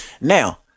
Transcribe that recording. now